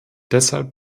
deshalb